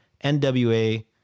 NWA